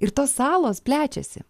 ir tos salos plečiasi